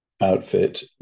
outfit